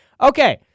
Okay